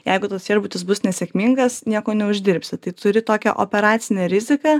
jeigu tas viešbutis bus nesėkmingas nieko neuždirbsi tai turi tokią operacinę riziką